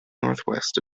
northwest